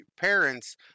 parents